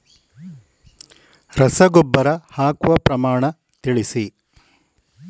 ರಸಗೊಬ್ಬರ ಹಾಕುವ ಪ್ರಮಾಣ ತಿಳಿಸಿ